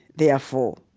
therefore,